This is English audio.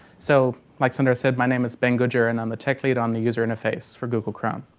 so like sundar said, my name is ben goodger and i'm a tech lead on the user interface for google chrome.